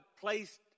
placed